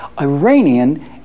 Iranian